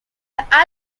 other